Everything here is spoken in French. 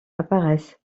apparaissent